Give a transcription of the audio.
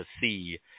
see